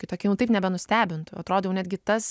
kai tokia jau taip nebenustebintų atrodo jau netgi tas